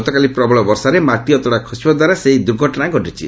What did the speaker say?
ଗତକାଲି ପ୍ରବଳ ବର୍ଷାରେ ମାଟି ଅତଡ଼ା ଖସିବାଦ୍ୱାରା ସେହି ଦୁର୍ଘଟଣା ଘଟିଛି